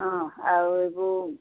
আৰু এইবোৰ